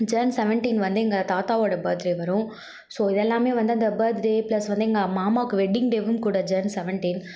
Jan seventeen வந்து எங்கள் தாத்தாவோட பர்த்ரே வரும் ஸோ இது எல்லாம் வந்து அந்த பர்த்டே ப்ளஸ் வந்து எங்கள் மாமாவுக்கு வெட்டிங் டேவும் கூட ஜன் செவன்டீன்